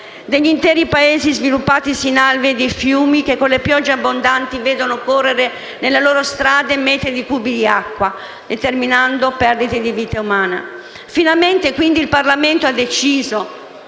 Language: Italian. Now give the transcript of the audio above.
degli interi Paesi sviluppatisi in alvei di fiumi che, con le piogge abbondanti, vedono correre nelle loro strade metri cubi di acqua determinando perdite di vite umane. Finalmente, quindi, il Parlamento ha deciso,